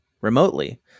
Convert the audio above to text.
remotely